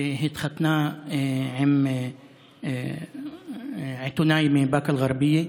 שהתחתנה עם עיתונאי מבאקה אל-גרבייה.